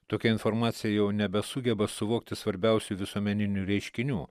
tokia informacija jau nebesugeba suvokti svarbiausių visuomeninių reiškinių